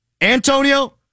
Antonio